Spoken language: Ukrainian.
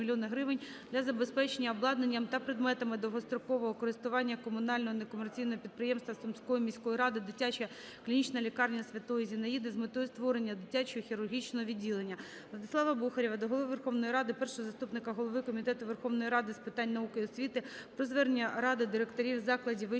"Дитяча клінічна лікарня Святої Зінаїди" з метою створення дитячого хірургічного відділення. Владислава Бухарєва до Голови Верховної Ради, першого заступника Голови Комітету Верховної Ради з питань науки і освіти про звернення Ради директорів закладів вищої